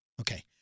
Okay